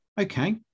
Okay